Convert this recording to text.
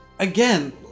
Again